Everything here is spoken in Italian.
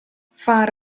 fare